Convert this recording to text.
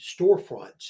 storefronts